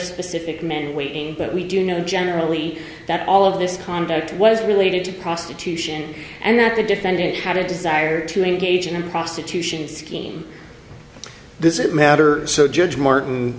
specific men waiting but we do know generally that all of this conduct was related to prostitution and that the defendant had a desire to engage in prostitution scheme this it matter so judge martin